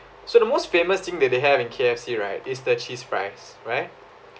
so the most famous thing that they have in K_F_C right is their cheese fries right